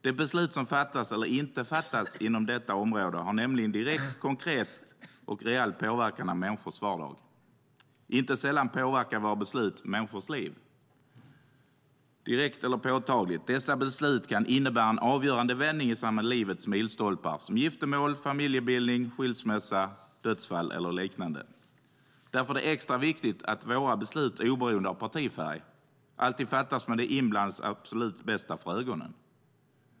De beslut som fattas eller inte fattas inom detta område har nämligen direkt, konkret och reell påverkan på människors vardag. Inte sällan påverkar våra beslut människors liv direkt och påtagligt. Dessa beslut kan innebära en avgörande vändning i samband med livets milstolpar som giftermål, familjebildning, skilsmässa, dödsfall eller liknande. Därför är det extra viktigt att våra beslut, oberoende av partifärg, alltid fattas med de inblandades absolut bästa för ögonen.